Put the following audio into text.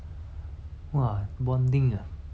my childhood very bad sia when you think about it